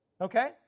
Okay